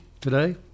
today